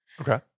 Okay